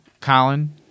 Colin